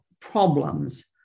problems